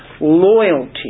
loyalty